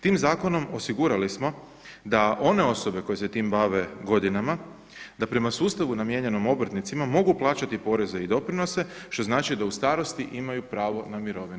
Tim zakonom osigurali smo da one osobe koje se time bave godinama, da prema sustavu namijenjenom obrtnicima mogu plaćati poreze i doprinose što znači da u starosti imaju pravo na mirovinu.